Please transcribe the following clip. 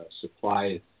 supply